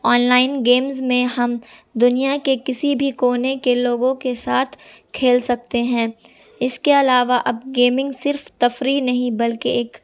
online games میں ہم دنیا کے کسی بھی کونے کے لوگوں کے ساتھ کھیل سکتے ہیں اس کے علاوہ اب گیمنگ صرف تفریح نہیں بلکہ ایک